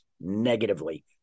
negatively